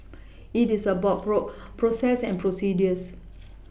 it is about bro process and procedures